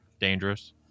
dangerous